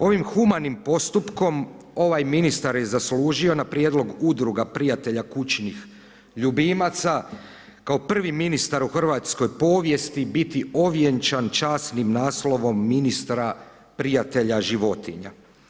Ovi humanim postupkom, ovaj ministar je zaslužio na prijedlog Udruga prijatelja kućnih ljubimaca, kao prvi ministar kao prvi ministar u hrvatskoj povijesti, biti ovjenčan časnim naslovom ministra prijatelja životinja.